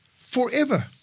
forever